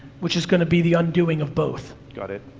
which is gonna be the undoing of both. got it,